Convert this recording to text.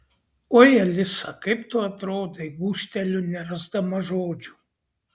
oi alisa kaip tu atrodai gūžteliu nerasdama žodžių